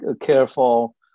careful